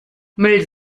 müll